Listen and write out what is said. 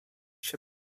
się